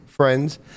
friends